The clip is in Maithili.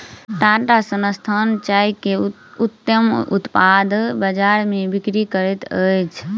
टाटा संस्थान चाय के उत्तम उत्पाद बजार में बिक्री करैत अछि